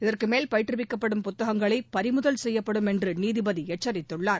இதற்கு மேல் பயிற்றுவிக்கப்படும் புத்தகங்களை பறிமுதல் செய்யப்படும் என்றும் நீதிபதி எச்சரித்துள்ளார்